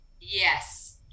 yes